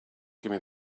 gimme